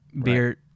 beer